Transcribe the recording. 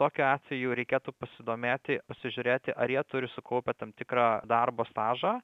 tokiu atveju reikėtų pasidomėti pasižiūrėti ar jie turi sukaupę tam tikrą darbo stažą